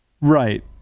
Right